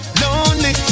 lonely